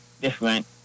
different